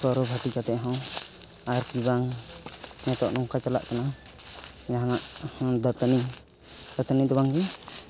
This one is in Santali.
ᱯᱟᱹᱣᱨᱟᱹ ᱜᱷᱟᱹᱴᱤ ᱠᱟᱛᱮᱫᱦᱚᱸ ᱟᱨᱵᱟᱝ ᱱᱤᱛᱚᱜ ᱱᱚᱝᱠᱟ ᱪᱟᱞᱟᱜ ᱠᱟᱱᱟ ᱡᱟᱦᱟᱱᱟᱜ ᱫᱟᱹᱛᱟᱹᱱᱤ ᱫᱟᱹᱛᱟᱹᱱᱤ ᱵᱟᱝᱜᱮ